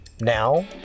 Now